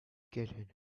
get